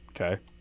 okay